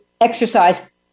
exercise